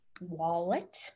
Wallet